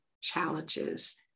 challenges